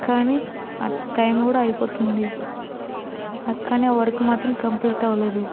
కానీ ఆ టైం కూడా అయిపోతుంది కానీ ఆ వర్క్ మాత్రం కంప్లీట్ అవ్వలేదు